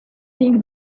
think